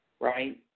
Right